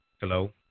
Hello